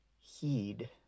heed